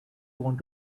want